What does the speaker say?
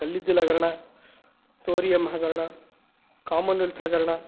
ಕಲ್ಲಿದ್ದಲ್ಲು ಹಗರಣ ತೋರಿಯಮ್ ಹಗರಣ commonwealth ಹಗರಣ